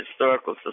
historical